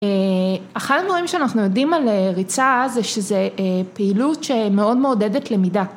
אחד הדברים שאנחנו יודעים על ריצה זה שזה פעילות שמאוד מעודדת למידה